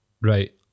Right